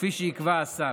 כפי שיקבע השר.